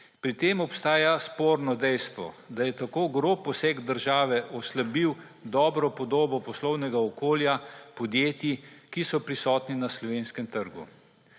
Pri tem obstaja sporno dejstvo, da je tako grob poseg države oslabil dobro podobo poslovnega okolja podjetij, ki so prisotna na slovenskem trgu.